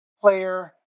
player